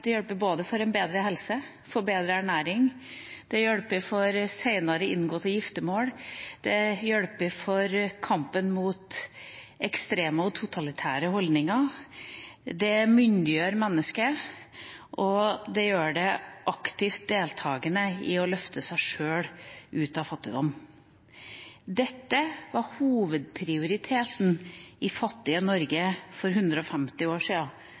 for bedre helse og for bedre ernæring, det hjelper for senere inngåtte giftemål, det hjelper for kampen mot ekstreme og totalitære holdninger, det myndiggjør mennesket og gjør det aktivt deltakende i å løfte seg sjøl ut av fattigdom. Dette var hovedprioriteten i fattige Norge for 150 år